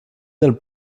del